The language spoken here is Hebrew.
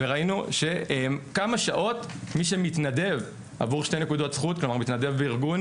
וראינו שמי שמתנדב כמה שעות